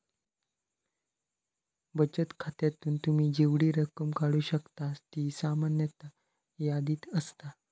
बचत खात्यातून तुम्ही जेवढी रक्कम काढू शकतास ती सामान्यतः यादीत असता